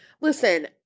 Listen